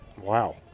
Wow